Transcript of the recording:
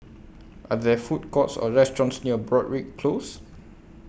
Are There Food Courts Or restaurants near Broadrick Close